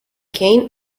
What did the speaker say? cain